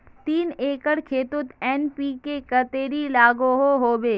तीन एकर खेतोत एन.पी.के कतेरी लागोहो होबे?